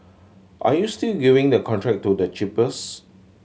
are you still giving the contract to the cheapest